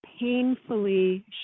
painfully